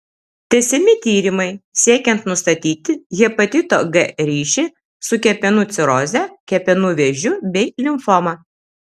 tęsiami tyrimai siekiant nustatyti hepatito g ryšį su kepenų ciroze kepenų vėžiu bei limfoma